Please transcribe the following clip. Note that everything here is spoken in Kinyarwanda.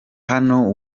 hano